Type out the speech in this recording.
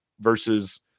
versus